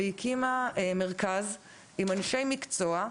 והקימה מרכז עם אנשי מקצוע,